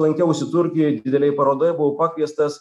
lankiausi turkijoj didelėj parodoje buvau pakviestas